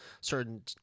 certain